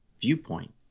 viewpoint